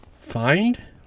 find